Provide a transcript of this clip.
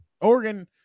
Oregon